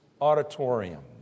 auditorium